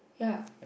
ya